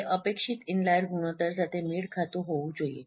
તે અપેક્ષિત ઇનલાઈર ગુણોત્તર સાથે મેળ ખાતું હોવું જોઈએ